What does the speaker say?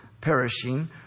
perishing